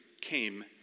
came